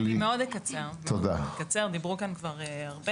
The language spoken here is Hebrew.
יש הרבה נתונים שנאמרו כאן,